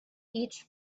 each